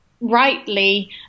rightly